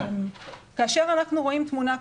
כאשר אנחנו רואים תמונה,